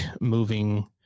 moving